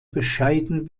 bescheiden